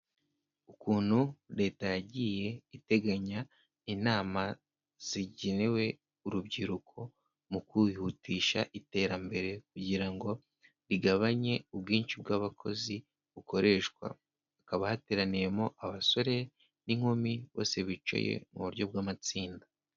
Ukuntu Leta yagiye iteganya inama zigenewe urubyiruko mu kwihutisha iterambere, kugira ngo rigabanye ubwinshi bw'abakozi bukoreshwa, hakaba hateraniyemo abasore n'inkumi, bose bicaye mu buryo bw'amatsinda.